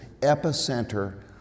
epicenter